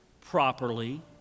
properly